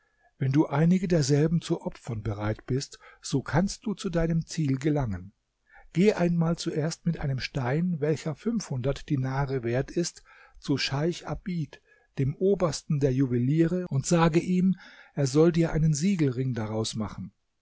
wenn du einige derselben zu opfern bereit bist so kannst du zu deinem ziel gelangen geh einmal zuerst mit einem stein welcher fünfhundert dinare wert ist zu scheich abid dem obersten der juweliere und sagte ihm er soll dir einen siegelring daraus machen